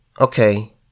okay